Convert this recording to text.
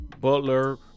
Butler